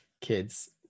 kids